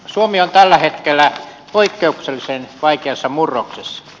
suomi on tällä hetkellä poikkeuksellisen vaikeassa murroksessa